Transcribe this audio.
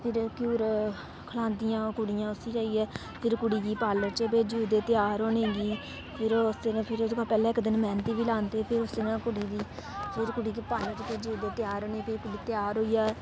फिर क्यूर खलांदियां कुडि़यां उसी जेइयै फिर कुड़ी गी पार्लर च भेजी ओड़दे त्यार होने गी फिर उसे दिन पहले इक दिन मैंहदी बी लांदे फिर उसे दिन कुड़ी गी पार्लर भेजी ओड़दे त्यार होने गी कुड़ी त्यार होइयै